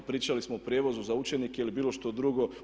Pričali smo o prijevozu za učenike ili bilo što drugo.